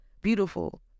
beautiful